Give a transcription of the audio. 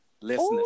Listeners